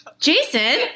Jason